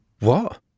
What